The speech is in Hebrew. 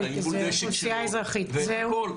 את אימוני הנשק שלו ואת הכל.